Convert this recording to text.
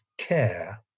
care